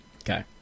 Okay